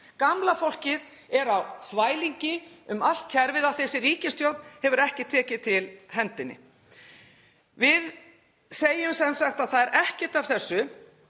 Gamla fólkið er á þvælingi um allt kerfið af því að þessi ríkisstjórn hefur ekki tekið til hendinni. Við segjum sem sagt: Ekkert af þessu